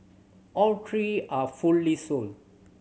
all three are fully sold